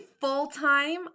full-time